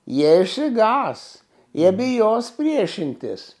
jie išsigąs jie bijos priešintis